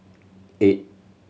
eight